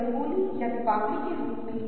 और ये 60 से अधिक छात्रों पर हावी हैं